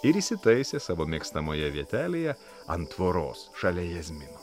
ir įsitaisė savo mėgstamoje vietelėje ant tvoros šalia jazmino